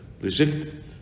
rejected